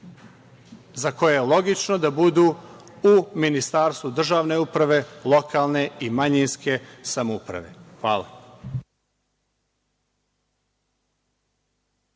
za koje je logično da budu u Ministarstvu državne uprave, lokalne i manjinske samouprave. Hvala.